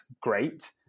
great